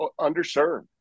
underserved